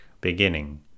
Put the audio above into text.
beginning